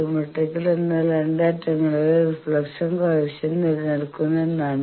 symmetrical എന്നാൽ രണ്ടറ്റങ്ങളിലെ reflection coefficient നിലനിൽക്കുന്നു എന്നാണ്